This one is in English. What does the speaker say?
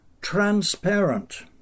transparent